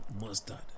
mustard